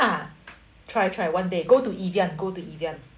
try try one day go to evian go to evian